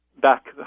back